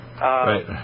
right